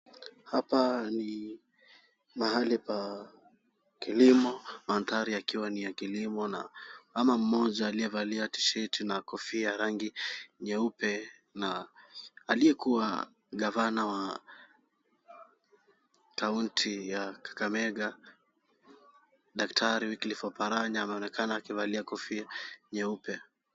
Hapa ni mahali pa kilimo. Mandhari yakiwa ni ya kilomo na mama mmoja aliyevalia tisheti na kofia ya rangi nyeupe na aliyekuwa gavana wa kaunti ya Kakamega daktari Wickliff Oparanya anaonekana akivalia kofia nyeupe.